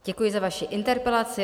Děkuji za vaši interpelaci.